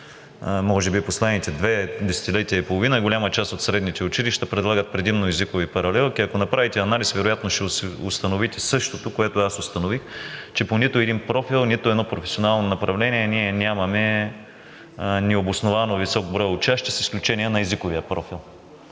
може би в последните две десетилетия и половина. Голяма част от средните училища предлагат предимно езикови паралелки. Ако направите анализ, вероятно ще установите същото, което аз установих, че по нито един профил, нито едно професионално направление ние нямаме необосновано висок брой учащи се с изключение на езиковия профил.